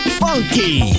funky